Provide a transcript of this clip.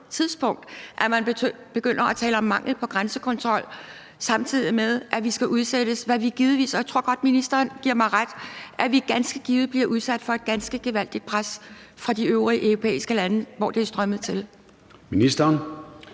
tidspunkt at begynde at tale om mangel på grænsekontrol, samtidig med at vi ganske givet – jeg tror godt, ministeren giver mig ret – bliver udsat for et ganske gevaldigt pres fra de øvrige europæiske landes side, hvor det er strømmet til. Kl.